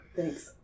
Thanks